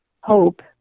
hope